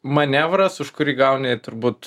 manevras už kurį gauni turbūt